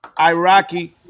Iraqi